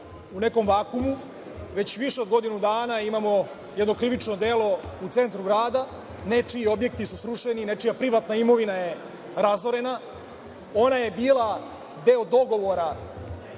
u nekom vakumu. Već više od godinu dana, imamo jedno krivično delo u centru grada. Nečiji objekti su srušeni, nečija privatna imovina razorena. Ona je bila deo dogovora